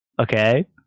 Okay